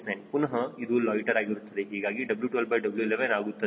ಪುನಹ ಇದು ಲೊಯ್ಟ್ಟೆರ್ ಆಗಿರುತ್ತದೆ ಹೀಗಾಗಿ W12W11 ಆಗುತ್ತದೆ